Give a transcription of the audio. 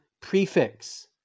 prefix